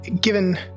Given